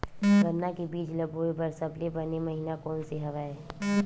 गन्ना के बीज ल बोय बर सबले बने महिना कोन से हवय?